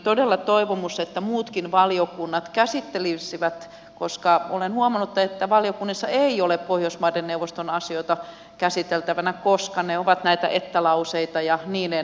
todella toivomus siitä että muutkin valiokunnat käsittelisivät koska olen huomannut että valiokunnissa ei ole pohjoismaiden neuvoston asioita käsiteltävänä koska ne ovat näitä että lauseita ja niin edespäin